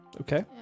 Okay